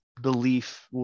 belief